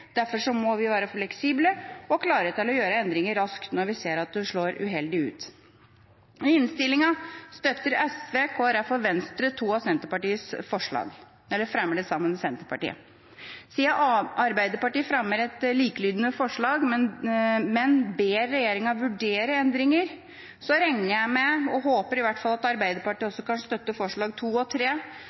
derfor må vi være fleksible og klare til å gjøre endringer raskt når vi ser at det slår uheldig ut. I innstillinga fremmer SV, Kristelig Folkeparti og Venstre to forslag sammen med Senterpartiet. Siden Arbeiderpartiet fremmer et likelydende forslag, men ber regjeringa «vurdere endringer», regner jeg med – i hvert fall håper – at Arbeiderpartiet kan støtte forslagene nr. 2 og